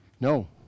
No